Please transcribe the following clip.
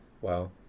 Wow